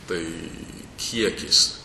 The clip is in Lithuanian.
tai kiekis